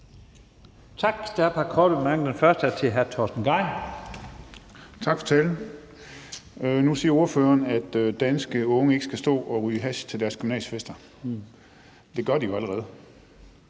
til hr. Torsten Gejl. Kl. 18:32 Torsten Gejl (ALT): Tak for talen. Nu siger ordføreren, at danske unge ikke skal stå og ryge hash til deres gymnasiefester. Det gør de jo allerede.